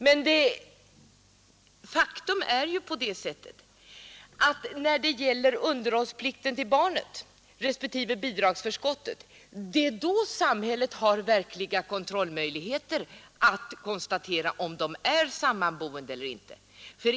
Men faktum är att det är just när det gäller underhållsplikten mot barnet respektive bidragsförskottet som samhället har verkliga möjligheter att kontrollera om föräldrarna är sammanboende eller inte.